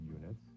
units